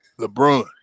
LeBron